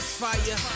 fire